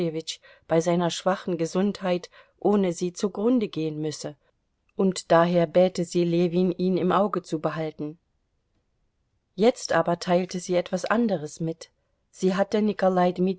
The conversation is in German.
bei seiner schwachen gesundheit ohne sie zugrunde gehen müsse und daher bäte sie ljewin ihn im auge zu behalten jetzt aber teilte sie etwas anderes mit sie hatte nikolai